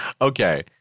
Okay